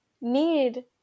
need